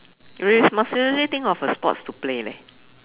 re~ must really think of a sports to play leh